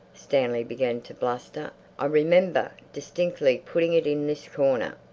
stanley began to bluster. i remember distinctly putting it in this corner.